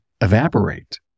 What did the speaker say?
evaporate